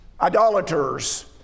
Idolaters